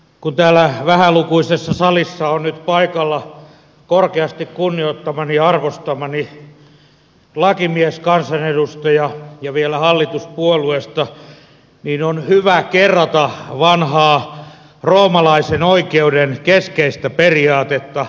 kun täällä vähälukuisessa salissa on nyt paikalla korkeasti kunnioittamani ja arvostamani lakimieskansanedustaja ja vielä hallituspuolueesta niin on hyvä kerrata vanhaa roomalaisen oikeuden keskeistä periaatetta